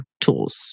tools